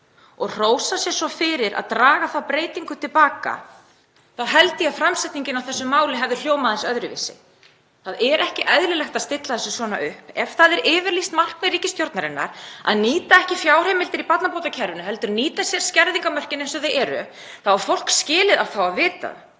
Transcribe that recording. og hrósað sér svo fyrir að draga þá breytingu til baka þá held ég að framsetningin á þessu máli hefði hljómað aðeins öðruvísi. Það er ekki eðlilegt að stilla þessu svona upp. Ef það er yfirlýst markmið ríkisstjórnarinnar að nýta ekki fjárheimildir í barnabótakerfinu, heldur nýta sér skerðingarmörkin eins og þau eru, þá á fólk skilið að fá að vita það.